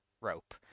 rope